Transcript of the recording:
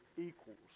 equals